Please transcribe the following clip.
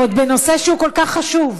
ועוד בנושא שהוא כל כך חשוב.